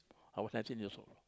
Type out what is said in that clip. I was nineteen years old